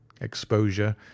Exposure